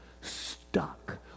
stuck